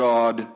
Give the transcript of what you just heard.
God